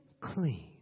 clean